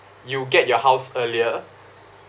you get your house earlier